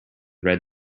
red